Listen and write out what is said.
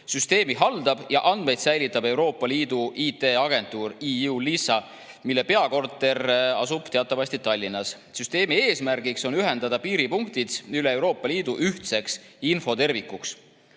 Süsteemi haldab ja andmeid säilitab Euroopa Liidu IT-agentuur eu-LISA, mille peakorter asub teatavasti Tallinnas. Süsteemi eesmärk on ühendada piiripunktid üle Euroopa Liidu ühtseks infotervikuks.